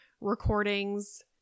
recordings